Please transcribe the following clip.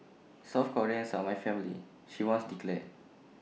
South Koreans are my family she once declared